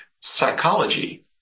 psychology